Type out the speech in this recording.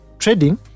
Trading